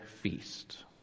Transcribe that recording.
feast